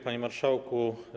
Panie Marszałku!